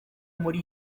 muri